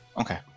Okay